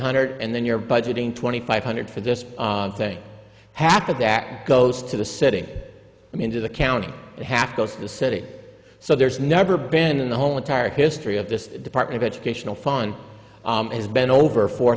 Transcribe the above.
hundred and then you're budgeting twenty five hundred for this thing half of that goes to the city into the county and half goes to the city so there's never been in the whole entire history of this department educational fund has been over four